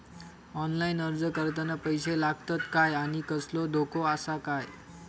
Online अर्ज करताना पैशे लागतत काय आनी कसलो धोको आसा काय?